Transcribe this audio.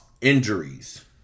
injuries